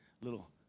little